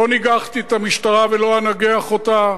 לא ניגחתי את המשטרה ולא אנגח אותה,